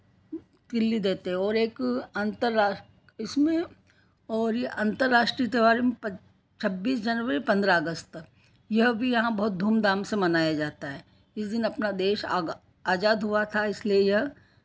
तिल्ली देते और एक अंतर्रास इसमें यह अंदर्राष्टीय त्योहार छब्बीस जनवरी पंद्रह अगस्त तक यह भी यहाँ बहुत धूम धाम से मनाया जाता है इस दिन अपना देश आगा आज़ाद हुआ था इसलिए यह